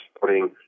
putting